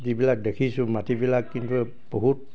যিবিলাক দেখিছোঁ মাটিবিলাক কিন্তু বহুত